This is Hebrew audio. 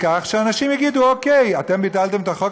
שאנשים יגידו: אוקיי, אתם ביטלתם את החוק?